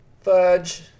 Fudge